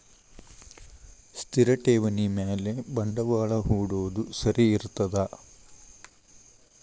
ಸ್ಥಿರ ಠೇವಣಿ ಮ್ಯಾಲೆ ಬಂಡವಾಳಾ ಹೂಡೋದು ಸರಿ ಇರ್ತದಾ?